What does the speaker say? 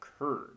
occurred